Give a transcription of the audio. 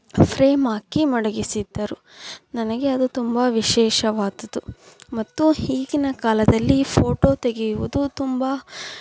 frame ಹಾಕಿ ಮಡಗಿಸಿದ್ದರು ನನಗೆ ಅದು ತುಂಬ ವಿಶೇಷವಾದುದು ಮತ್ತು ಈಗಿನ ಕಾಲದಲ್ಲಿ ಫ಼ೋಟೊ ತೆಗೆಯುವುದು ತುಂಬ